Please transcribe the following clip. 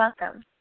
welcome